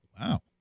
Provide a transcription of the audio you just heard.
Wow